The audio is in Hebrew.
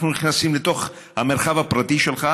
אנחנו נכנסים לתוך המרחב הפרטי שלך,